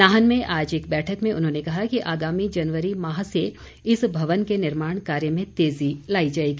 नाहन में आज एक बैठक में उन्होंने कहा कि आगामी जनवरी माह से इस भवन के निर्माण कार्य में तेज़ी लाई जाएगी